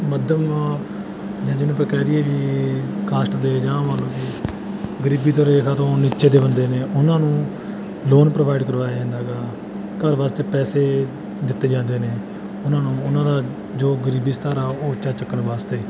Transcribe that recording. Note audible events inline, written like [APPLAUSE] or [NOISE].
ਮੱਧਮ ਜਾਂ ਜਿਹਨੂੰ ਆਪਾਂ ਕਹਿ ਲਈਏ ਵੀ ਕਾਸਟ ਦੇ ਜਾਂ [UNINTELLIGIBLE] ਗਰੀਬੀ ਤੋਂ ਰੇਖਾ ਤੋਂ ਨੀਚੇ ਦੇ ਬੰਦੇ ਨੇ ਉਹਨਾਂ ਨੂੰ ਲੋਨ ਪ੍ਰੋਵਾਈਡ ਕਰਵਾਇਆ ਜਾਂਦਾ ਗਾ ਘਰ ਵਾਸਤੇ ਪੈਸੇ ਦਿੱਤੇ ਜਾਂਦੇ ਨੇ ਉਹਨਾਂ ਨੂੰ ਉਹਨਾਂ ਦਾ ਜੋ ਗਰੀਬੀ ਸਤਰ ਆ ਉਹ ਉੱਚਾ ਚੱਕਣ ਵਾਸਤੇ